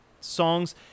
songs